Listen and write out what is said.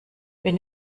wenn